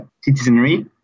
citizenry